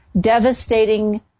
devastating